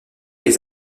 les